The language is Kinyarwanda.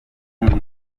mwiza